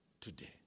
today